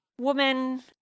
woman